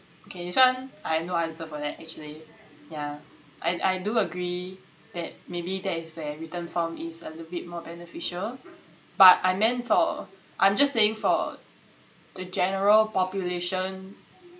okay this one I have no answer for that actually ya I I do agree that maybe that is where written form is a little bit more beneficial but I meant for I'm just saying for the general population